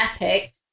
epic